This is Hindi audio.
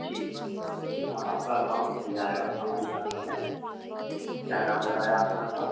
जी जी हाँ आपका अकाउंट खुल जाएगा हमारी शाखा में क्या नाम बताया आपने आपका